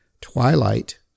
Twilight